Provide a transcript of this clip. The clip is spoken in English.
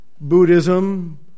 Buddhism